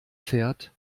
fährt